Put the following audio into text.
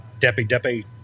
depe-depe